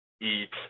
eat